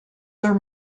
there